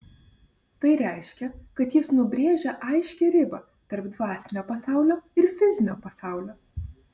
tai reiškia kad jis nubrėžia aiškią ribą tarp dvasinio pasaulio ir fizinio pasaulio